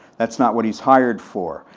that's not what he's hired for.